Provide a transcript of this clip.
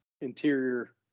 interior